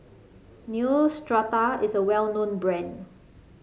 neostrata is a well known brand